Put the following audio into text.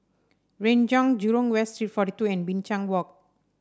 Renjong Jurong West Street forty two and Binchang Walk